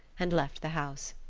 and left the house.